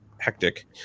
hectic